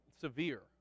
severe